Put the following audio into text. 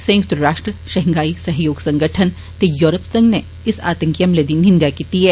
संयुक्त राष्ट्र षघांई सैह्योग संगठन ते यूरोपी संघ नै इस आतंकी हमले दी निंदेआ कीती ऐ